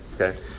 okay